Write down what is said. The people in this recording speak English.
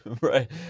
Right